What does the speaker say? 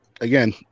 again